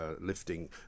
lifting